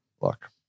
look